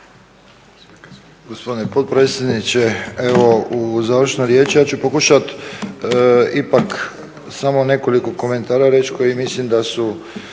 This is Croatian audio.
Gospodine potpredsjedniče, evo u završnoj riječi ja ću pokušati ipak samo nekoliko komentara reći koji mislim da su